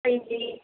ہان جی